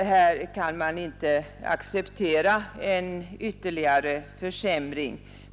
Här kan man inte acceptera en ytterligare försämring.